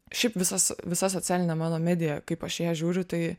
šiaip visas visa socialinė mano medija kaip aš į ją žiūriu tai